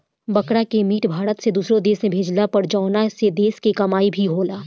बकरा के मीट भारत से दुसरो देश में भेजाला पर जवना से देश के कमाई भी होला